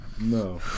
No